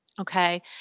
okay